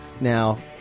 Now